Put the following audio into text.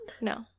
No